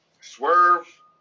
Swerve